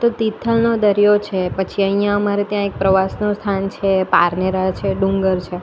તો તિથલનો દરિયો છે પછી અહીંયા અમારે ત્યાં એક પ્રવાસનું સ્થાન છે પારનેરા છે ડુંગર છે